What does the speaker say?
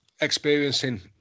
experiencing